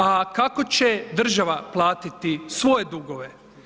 A kako će država platiti svoje dugove?